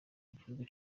igihugu